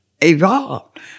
Evolved